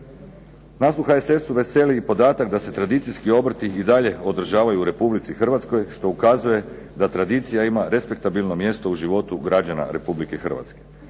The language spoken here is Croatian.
Nas u HSS-u veseli podatak da se tradicijski obrti i dalje održavaju u Republici Hrvatskoj što ukazuje da tradicija ima respektabilno mjesto u životu građana Republike Hrvatske.